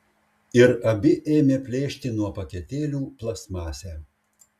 ir abi ėmė plėšti nuo paketėlių plastmasę